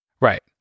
Right